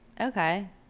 Okay